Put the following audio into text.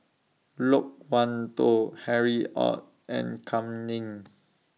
Loke Wan Tho Harry ORD and Kam Ning